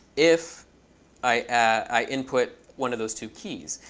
if i input one of those two keys.